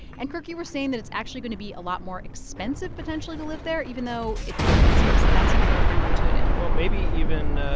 and, kirk, you were saying that it's actually going to be a lot more expensive, potentially, to live there, even though it seems that seems a little counterintuitive well, maybe even,